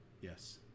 Yes